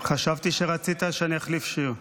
חשבתי שרצית שאני אחליף שיר.